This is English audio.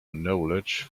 knowledge